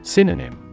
Synonym